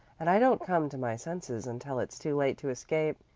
and i don't come to my senses until it's too late to escape.